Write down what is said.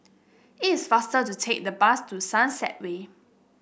it's faster to take the bus to Sunset Way